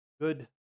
good